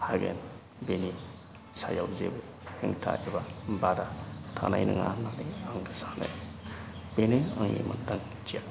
हागोन बिनि सायाव जेबो हेंथा एबा बादा थानाय नोङा होननानै आं सानो बेनो आंनि मोनदांथिया